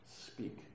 Speak